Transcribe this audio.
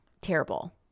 Terrible